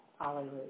Hallelujah